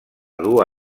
dur